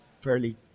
fairly